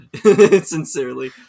Sincerely